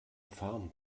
farm